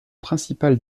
principal